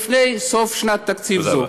לפני סוף שנת תקציב זו.